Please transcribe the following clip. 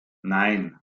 nein